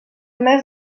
més